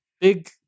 big